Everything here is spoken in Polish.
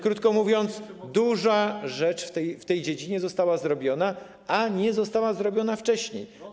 Krótko mówiąc, duża rzecz w tej dziedzinie została zrobiona, a nie została zrobiona wcześniej.